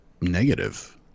negative